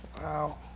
Wow